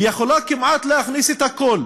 יכולה להכניס כמעט את הכול,